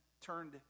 turned